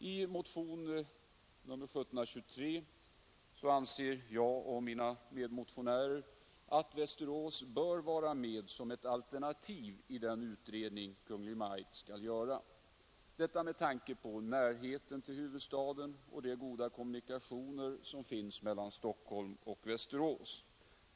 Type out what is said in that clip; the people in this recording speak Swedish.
I motionen 1723 anser jag och mina medmotionärer, att Västerås bör vara med som ett alternativ i den utredning Kungl. Maj:t skall göra. Detta med tanke på närheten till huvudstaden och de goda kommunikationerna mellan Stockholm och Västerås.